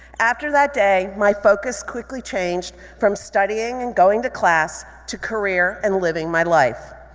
after that day, my focus quickly changed from studying and going to class to career and living my life.